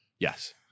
Yes